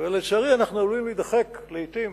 לצערי, אנחנו עלולים להידחק לעתים